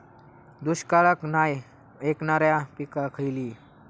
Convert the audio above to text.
दुष्काळाक नाय ऐकणार्यो पीका खयली?